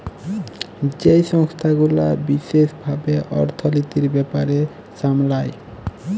যেই সংস্থা গুলা বিশেস ভাবে অর্থলিতির ব্যাপার সামলায়